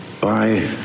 bye